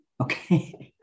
okay